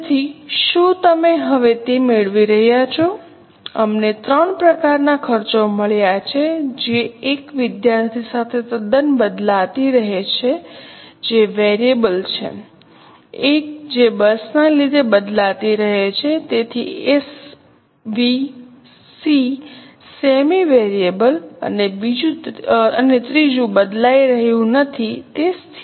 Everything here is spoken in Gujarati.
તેથી શું તમે હવે તે મેળવી રહ્યાં છો અમને ત્રણ પ્રકારનાં ખર્ચો મળ્યાં છે જે એક વિદ્યાર્થી સાથે તદ્દન બદલાતી રહે છે જે વેરીએબલ છે એક જે બસ ના લીધે બદલાતી રહે છે તેથી એસવીસી સેમી વેરીએબલ અને ત્રીજું બદલાઈ રહ્યું નથી તે સ્થિર છે